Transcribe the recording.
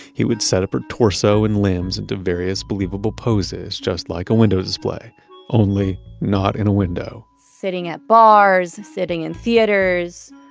he would set up her torso and limbs into various believable poses, just like a window display only, not in a window sitting at bars and sitting in theaters,